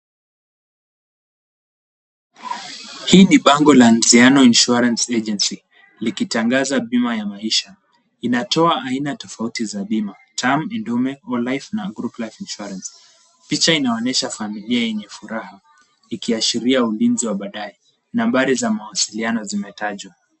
Hii ni bango la Mziano Insurance Agency. Likitangaza bima ya maisha. Inatoa aina tofauti za bima: term Enowemwnt, au life na group life insurance . Picha inaoyesha familia yenye furaha. Ikiashiria ulinzi wa baadaye. Nambari za mawasiliano zimetajwa.